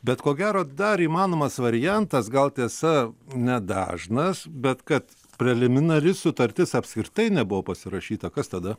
bet ko gero dar įmanomas variantas gal tiesa nedažnas bet kad preliminari sutartis apskritai nebuvo pasirašyta kas tada